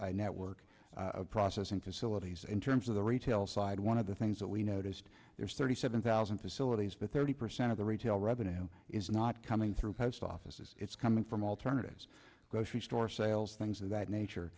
a network of processing facilities in terms of the retail side one of the things that we noticed there's thirty seven thousand facilities that thirty percent of the retail revenue is not coming through post offices it's coming from alternatives grocery store sales things of that nature